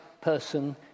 person